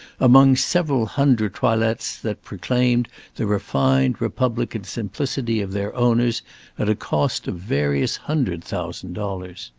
among several hundred toilets that proclaimed the refined republican simplicity of their owners at a cost of various hundred thousand dollars.